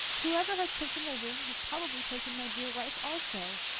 whoever has taken my ring has probably taken my dear wife also.